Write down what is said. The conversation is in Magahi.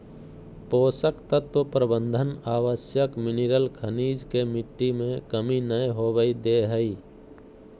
पोषक तत्व प्रबंधन आवश्यक मिनिरल खनिज के मिट्टी में कमी नै होवई दे हई